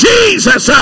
Jesus